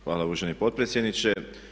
Hvala uvaženi potpredsjedniče.